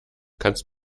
kannst